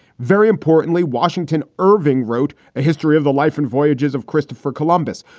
very importantly, washington irving wrote a history of the life and voyages of christopher columbus.